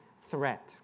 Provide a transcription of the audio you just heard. threat